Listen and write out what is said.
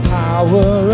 power